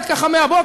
ככה, בתקשורת.